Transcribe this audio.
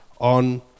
on